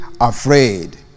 afraid